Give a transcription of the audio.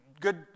Good